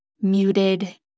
muted